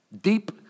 deep